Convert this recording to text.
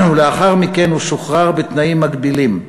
ולאחר מכן הוא שוחרר בתנאים מגבילים.